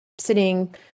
sitting